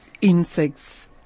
insects